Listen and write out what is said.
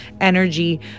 energy